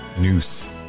Noose